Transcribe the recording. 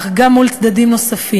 אך גם מול צדדים נוספים,